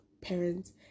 parents